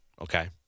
Okay